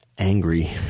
Angry